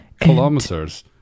Kilometers